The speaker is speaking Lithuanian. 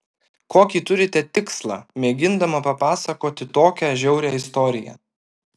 kokį turite tikslą mėgindama papasakoti tokią žiaurią istoriją